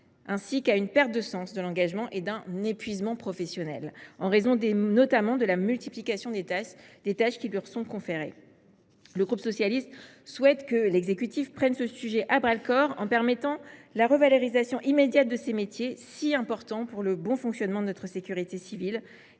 ainsi qu’à une perte de sens de l’engagement et à un épuisement professionnel, notamment en raison de la multiplication des tâches qui leur sont confiées. Le groupe SER souhaite que l’exécutif prenne ce sujet à bras le corps, en permettant la revalorisation immédiate de ces métiers si importants pour le bon fonctionnement de notre sécurité civile.